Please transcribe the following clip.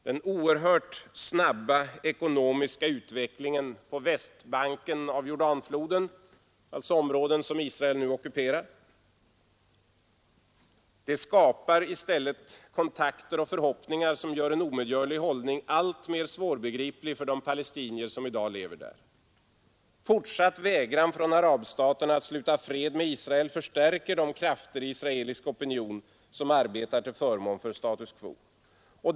Den oerhört snabba ekonomiska utvecklingen på västbanken av Jordanfloden — alltså områden som Israel nu ockuperat — skapar i stället kontakter och förhoppningar som gör en omedgörlig hållning alltmer svårbegriplig för de palestinier som i dag lever där. Fortsatt vägran från arabstaterna att sluta fred med Israel förstärker de krafter i israelisk opinion som arbetar till förmån för status quo.